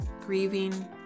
grieving